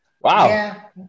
wow